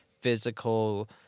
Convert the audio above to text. physical